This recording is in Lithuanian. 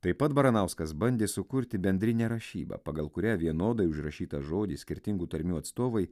taip pat baranauskas bandė sukurti bendrinę rašybą pagal kurią vienodai užrašytą žodį skirtingų tarmių atstovai